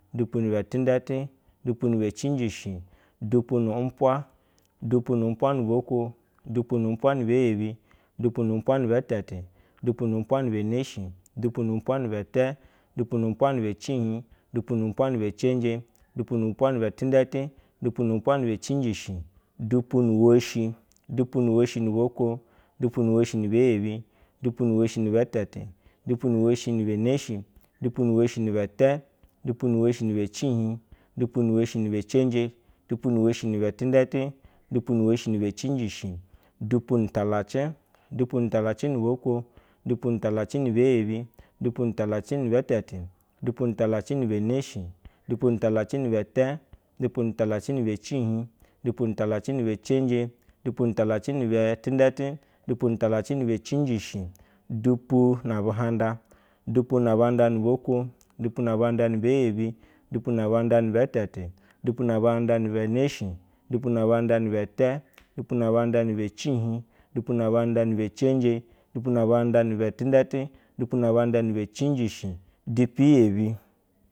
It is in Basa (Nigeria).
Dupunibe tedetu dupuni ba cijishi dupu nu upug dupu nu uwape mul boko dupu nu upa no be yebi, dupu nu upa no be tetu, dupu nu upa no be neshe dupu nu upa no be te dupu nu upa no be cihi dupu nu upa no be cenje dupu nu upa no be tidetu dupu nu upa no be cijishi dumpu nu woshi dupunu woshu nu boko, dupu nu woshi ni be yebi dupu nu woshi ni te tu dupu nu woshi ni neshir dupu nu woshi ni be te dupu nu woshi ni be cihi dupu nu woshi ni be cenje dupu nu woshi ni be tidentu dupu nu woshi ni be cijishi dupu nu talace, dupu nu talace ni bako dupu nu talace ni be yebs dupu nu talace ni be tetu dupu nu talace ni be neshi, dupu nu talace ni be te dupu nu talace ni be cihi dupu nu talace ni be cenjɛ dupu nu talace ni be tidetu dupu nu talace ni be cigishi. Dupu nu buhanda, dupu na uhanda nu boko dupu na buhanda ni be yebi dupu na buhanda ni be tetu dupu na buhanda ni be neshi dupu na buhanda ni be te, dupu na buhanda ni be cihi, dupu na buhanda ni be cenje, dupu na buhanda ni be tidentu, dupu na buhanda ni be cijishi dupu yebi.